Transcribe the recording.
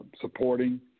supporting